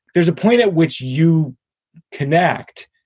there's a point at which you connect.